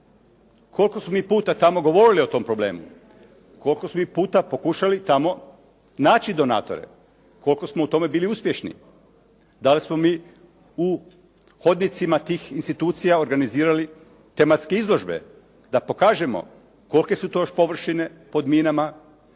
koliko smo mi puta tamo govorili o tom problemu, koliko smo mi puta pokušali tamo naći donatore, koliko smo mi u tome bili uspješni, da li smo mi u hodnicima tih institucija organizirali tematske izložbe da pokažemo kolike su to još površine pod minama,